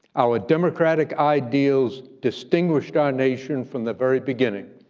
our democratic ideals distinguished our nation from the very beginning.